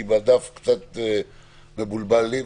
כי בדף קצת מבולבל לי.